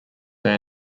they